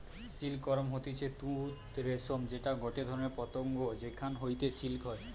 silk worm হতিছে তুত রেশম যেটা গটে ধরণের পতঙ্গ যেখান হইতে সিল্ক হয়